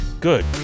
Good